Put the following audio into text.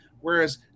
Whereas